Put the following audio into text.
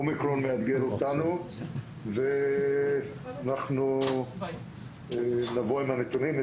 אומיקרון מאתגר אותנו ואנחנו נבוא עם הנתונים.